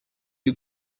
you